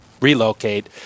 relocate